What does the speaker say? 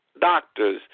doctors